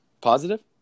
Positive